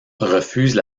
refusent